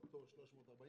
והפטור 345,